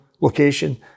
location